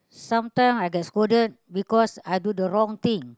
sometime I get scolded because I do the wrong thing